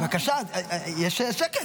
בבקשה, יש שקט.